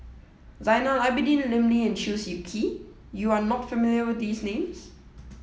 Zainal Abidin Lim Lee and Chew Swee Kee you are not familiar with these names